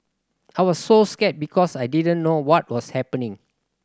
I was so scared because I didn't know what was happening